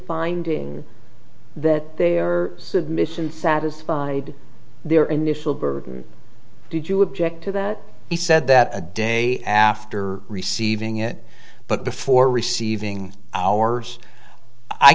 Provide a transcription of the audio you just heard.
finding that their submissions satisfied their initial did you object to that he said that a day after receiving it but before receiving hours i